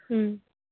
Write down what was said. ꯎꯝ